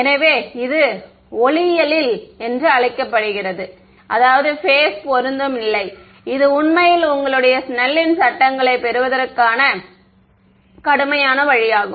எனவே இது ஒளியியலில் என்று அழைக்கப்படுகிறது அதாவது பேஸ் பொருந்தும் நிலை இது உண்மையில் உங்களுடைய ஸ்னெல்லின் சட்டங்களை Snell's laws பெறுவதற்கான கடுமையான வழியாகும்